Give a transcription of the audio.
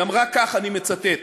היא אמרה כך, אני מצטט.